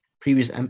previous